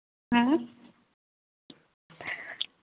हाँ